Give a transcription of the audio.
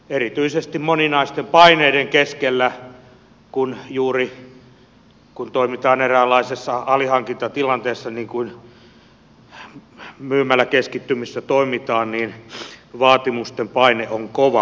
erityisesti moninaisten paineiden keskellä kun toimitaan eräänlaisessa alihankintatilanteessa niin kuin myymäläkeskittymissä toimitaan vaatimusten paine on kova